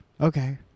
Okay